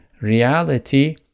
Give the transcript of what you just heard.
reality